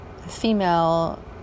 female